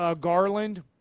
Garland